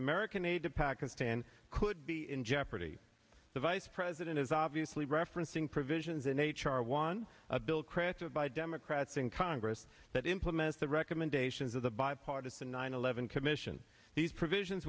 american aid to pakistan could be in jeopardy the vice president is obviously referencing provisions in h r one a bill crafted by democrats in congress that implements the recommendations of the bipartisan nine eleven commission these provisions